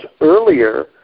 earlier